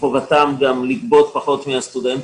מחובתם גם לגבות פחות מהסטודנטים.